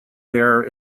there